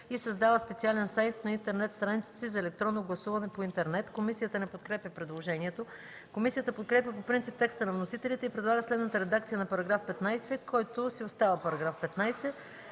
и създава специален сайт на интернет страница си за електронно гласуване по интернет.“ Комисията не подкрепя предложението. Комисията подкрепя по принцип текста на вносителите и предлага следната редакция на § 15, който си остава § 15: „§ 15.